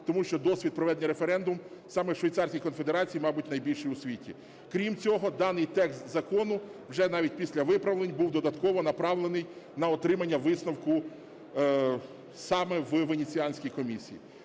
Тому що досвід проведення референдумів саме в Швейцарській Конфедерації, мабуть, найбільший у світі. Крім цього, даний текст закону вже навіть після виправлень був додатково направлений на отримання висновку саме в Венеціанській комісії.